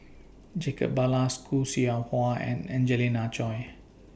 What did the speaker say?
Jacob Ballas Khoo Seow Hwa and Angelina Choy